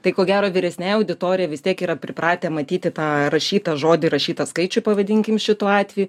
tai ko gero vyresniai auditorijai vis tiek yra pripratę matyti tą rašytą žodį įrašytą skaičių pavadinkim šituo atveju